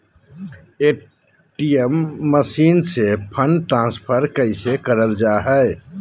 ATM machine से fund transfer कैसे करल जा है?